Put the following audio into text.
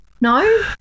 No